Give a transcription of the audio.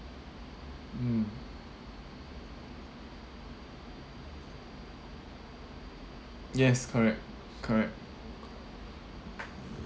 mm yes correct correct